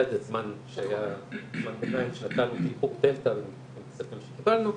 היה זמן ביניים שנתנו תמחור עד הכספים שקיבלנו,